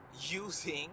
using